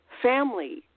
family